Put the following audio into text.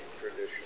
tradition